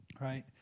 right